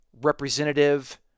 representative